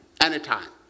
anytime